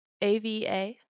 A-V-A